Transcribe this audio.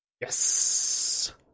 Yes